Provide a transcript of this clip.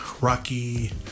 rocky